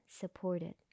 supported